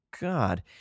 God